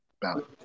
balance